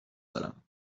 دارم